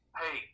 hey